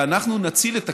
אנחנו נציל את הכינרת.